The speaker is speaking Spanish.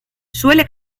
suele